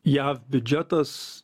jav biudžetas